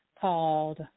called